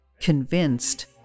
convinced